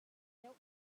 deuh